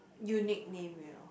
unique name you know